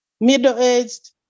middle-aged